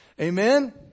Amen